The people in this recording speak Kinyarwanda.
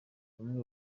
bamwe